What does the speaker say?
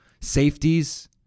safeties